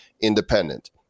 independent